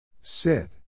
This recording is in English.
Sit